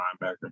linebacker